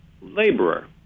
laborer